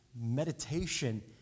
meditation